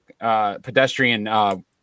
pedestrian